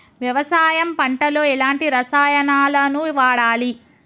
వ్యవసాయం పంట లో ఎలాంటి రసాయనాలను వాడాలి?